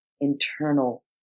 internal